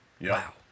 Wow